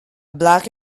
black